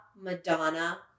Madonna